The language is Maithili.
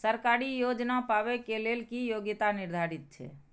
सरकारी योजना पाबे के लेल कि योग्यता निर्धारित छै?